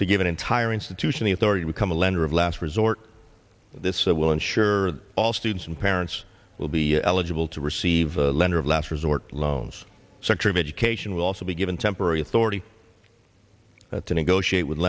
to give an entire institution the authority become a lender of last resort this will ensure that all students and parents will be eligible to receive the lender of last resort loans sector of education will also be given temporary authority to negotiate with